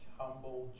humble